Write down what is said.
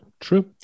true